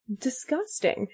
disgusting